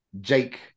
Jake